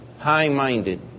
High-minded